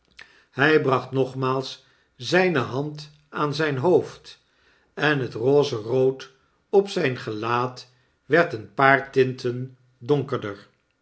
hy bracht nogmaals zyne hand aan zyn hoofd en het rozerood op zyn gelaat werd een paar tinten donkerder